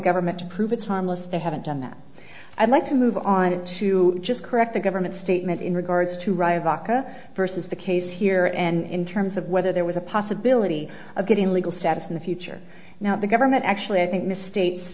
government to prove it's harmless they haven't done that i'd like to move on to just correct the government statement in regards to rise aka versus the case here and in terms of whether there was a possibility of getting legal status in the future now the government actually i think misstates